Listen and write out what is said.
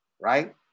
right